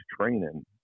training